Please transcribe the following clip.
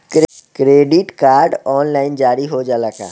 Credit card online जारी हो जाला का?